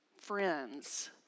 friends